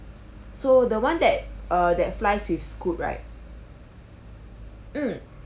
so the [one] that err that flies with scoot right mm